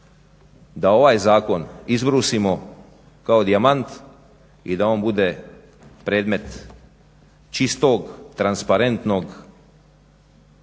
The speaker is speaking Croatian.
da ovaj zakon izbrusimo kao dijamant i da on bude predmet čistog, transparentnog